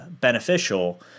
beneficial